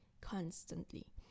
constantly